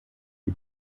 die